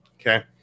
Okay